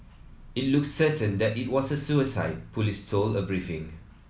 it looks certain that it was a suicide police told a briefing